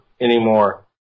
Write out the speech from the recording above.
anymore